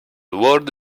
world